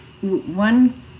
one